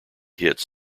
hits